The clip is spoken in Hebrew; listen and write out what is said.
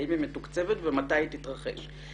האם היא מתוקצבת ומתי היא תתרחש.